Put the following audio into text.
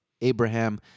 Abraham